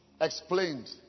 explained